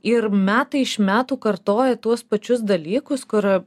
ir metai iš metų kartoja tuos pačius dalykus kur